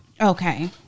Okay